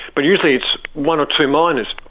but usually it's one or two miners,